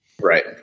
Right